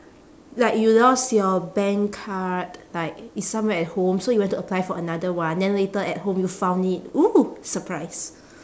like you lost your bank card like it's somewhere at home so you went to apply for another one then later at home you found it oo surprise